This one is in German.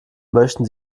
möchten